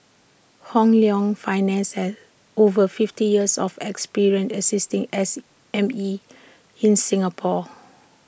Hong Leong finances over fifty years of experience assisting S M E in Singapore